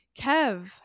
kev